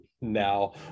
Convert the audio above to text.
now